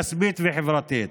כספית וחברתית.